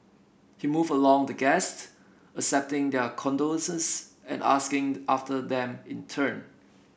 he moved among the guests accepting their condolences and asking after them in turn